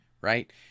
right